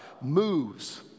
moves